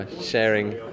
Sharing